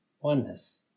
oneness